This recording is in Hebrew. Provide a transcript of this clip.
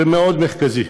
זה מאוד מרכזי.